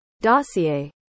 Dossier